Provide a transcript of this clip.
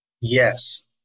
Yes